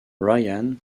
ryan